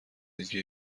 اینکه